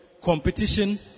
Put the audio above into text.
competition